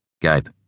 Gabe